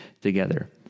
together